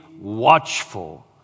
watchful